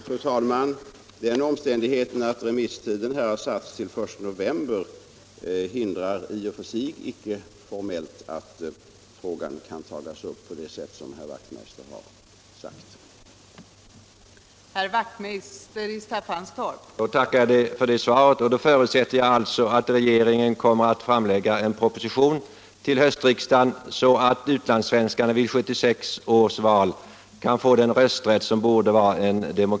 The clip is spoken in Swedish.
Fru talman! Den omständigheten att remisstiden här har satts till den I november hindrar i och för sig icke formellt att frågan tas upp på det sätt som herr Wachtmeister i Staffanstorp har uttalat sig för.